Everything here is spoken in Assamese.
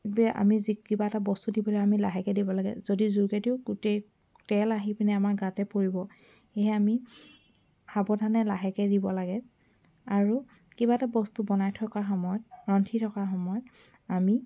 আমি যি কিবা এটা বস্তু দিবলৈ আমি লাহেকৈ দিব লাগে যদি জোৰকৈ দিওঁ গোটেই তেল আহি পিনি আমাৰ গাতে পৰিব সেয়েহে আমি সাৱধানে লাহেকৈ দিব লাগে আৰু কিবা এটা বস্তু বনাই থকাৰ সময়ত ৰান্ধি থকাৰ সময়ত আমি